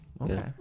okay